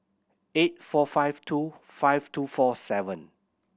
eight four five two five two four seven